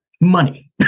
money